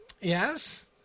Yes